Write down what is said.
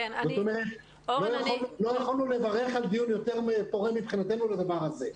כך שלא יכולנו לברך על דיון יותר פורה מבחינתנו בעניין הזה.